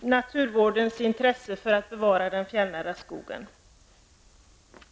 naturvårdens intressen att bevara den fjällnära skogen.